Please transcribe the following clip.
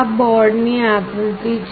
આ બોર્ડની આકૃતિ છે